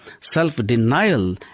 self-denial